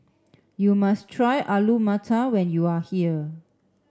you must try Alu Matar when you are here